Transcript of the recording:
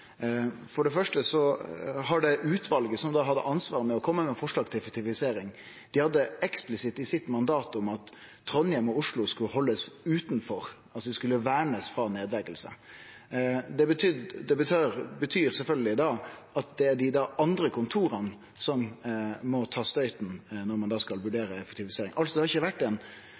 hadde ansvaret for å kome med forslag til effektivisering, hadde eksplisitt i sitt mandat at Trondheim og Oslo skulle haldast utanfor, altså at dei skulle vernast frå nedlegging. Det betyr sjølvsagt at det er dei andre kontora som må ta støyten når ein skal vurdere effektivisering. Det har altså ikkje vore ein